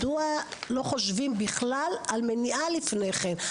מדוע לא חושבים בכלל על מניעה לפני כן?